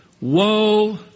woe